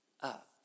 up